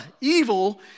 evil